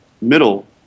middle